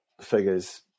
figures